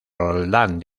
roldán